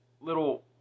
little